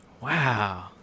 Wow